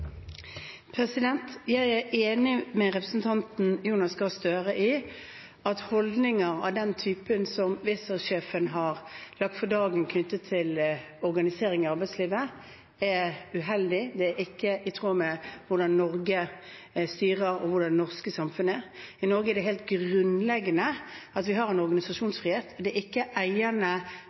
Jeg er enig med representanten Jonas Gahr Støre i at holdninger av den typen som Wizz Air-sjefen har lagt for dagen knyttet til organisering i arbeidslivet, er uheldig. Det er ikke i tråd med hvordan Norge styrer, og hvordan det norske samfunnet er. I Norge er det helt grunnleggende at vi har en organisasjonsfrihet. Det er ikke